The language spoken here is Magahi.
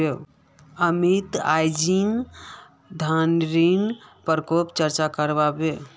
अमित अईज धनन्नेर प्रकारेर चर्चा कर बे